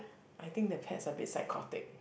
I think the pets a bit psychotic